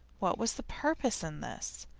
what was the purpose in this?